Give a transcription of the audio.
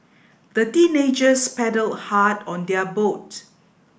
the teenagers paddled hard on their boat